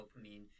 dopamine